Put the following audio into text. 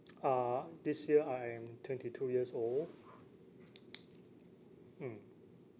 uh this year I am twenty two years old mm